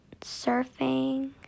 surfing